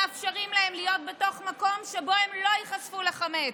מאפשרים להם להיות בתוך מקום שבו הם לא ייחשפו לחמץ.